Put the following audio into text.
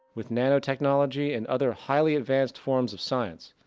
with nano technology and other highly advanced forms of science,